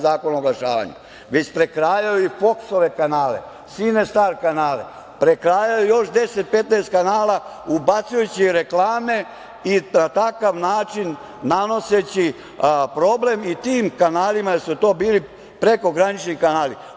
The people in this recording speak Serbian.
Zakona o oglašavanju, već prekrajaju i Foksove kanale, Cinestar kanale, prekrajaju još deset, petnaest kanala ubacujući reklame i na takav način nanoseći problem i tim kanalima jer su to bili prekogranični kanali.